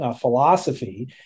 philosophy